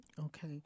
Okay